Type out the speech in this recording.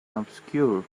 obscure